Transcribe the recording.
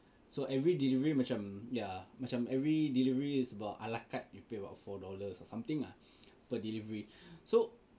so every delivery macam ya macam every delivery is about ala carte you pay about four dollars uh or something ah per delivery so